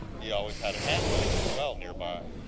he always had a hand lens, as well, nearby.